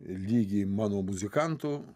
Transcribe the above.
lygį mano muzikantų